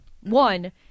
one